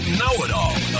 know-it-all